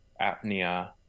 apnea